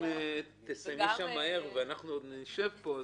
אם תסיימי שם מהר ואנחנו עוד נשב פה,